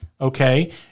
okay